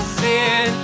sin